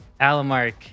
alamark